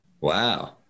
wow